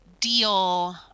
deal